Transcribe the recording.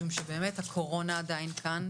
משום שבאמת הקורונה עדיין כאן,